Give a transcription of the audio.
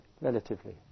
relatively